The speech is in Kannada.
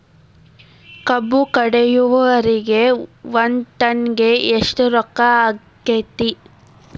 ಕಬ್ಬು ಕಡಿಯುವರಿಗೆ ಒಂದ್ ಟನ್ ಗೆ ಎಷ್ಟ್ ರೊಕ್ಕ ಆಕ್ಕೆತಿ?